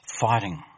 fighting